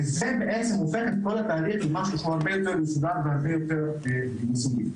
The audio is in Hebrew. וזה בעצם הופך את כל התהליך להרבה יותר מסודר והרבה יותר יסודי.